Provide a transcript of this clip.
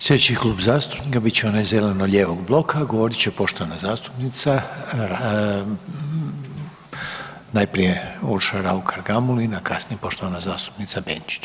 Sljedeći klub zastupnika bit će onaj Zeleno-lijevog bloka govorit će poštovana zastupnica najprije Urša Raukar Gamulin, a kasnije poštovana zastupnica Benčić.